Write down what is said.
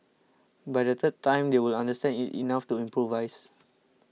by the third time they will understand it enough to improvise